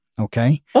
Okay